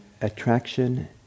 attraction